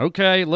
Okay